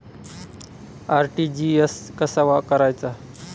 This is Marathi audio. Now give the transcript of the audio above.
आर.टी.जी.एस कसा करायचा?